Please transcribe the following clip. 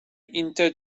inte